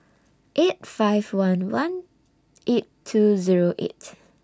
eight five one one eight two Zero eight